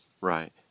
right